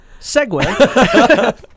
segue